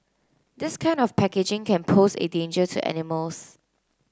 this kind of packaging can pose it danger to animals